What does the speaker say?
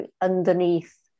underneath